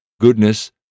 goodness